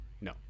No